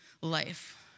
Life